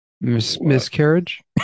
Miscarriage